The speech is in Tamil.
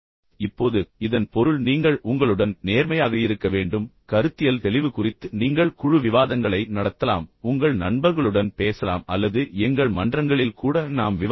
இப்போது இதன் பொருள் நீங்கள் உங்களுடன் நேர்மையாக இருக்க வேண்டும் கருத்தியல் தெளிவு குறித்து நீங்கள் குழு விவாதங்களை நடத்தலாம் உங்கள் நண்பர்களுடன் பேசலாம் அல்லது எங்கள் மன்றங்களில் கூட நாம் விவாதிக்கலாம்